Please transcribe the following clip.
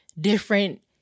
different